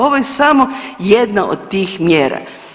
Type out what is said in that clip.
Ovo je samo jedna od tih mjera.